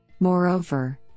Moreover